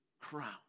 crown